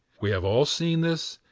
we have all seen this,